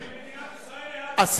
מכירה כללית של מדינת ישראל לעזה.